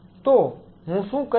તો હું શું કરીશ